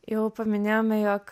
jau paminėjome jog